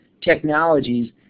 technologies